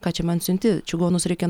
ką čia man siunti čigonus reikia